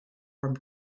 from